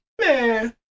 Man